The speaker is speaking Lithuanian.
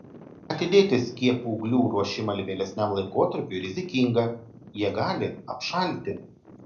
atidėti skiepūglių ruošimą vėlesniam laikotarpiui rizikinga jie gali apšalti